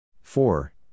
four